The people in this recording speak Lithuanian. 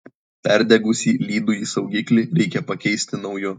perdegusį lydųjį saugiklį reikia pakeisti nauju